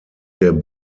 der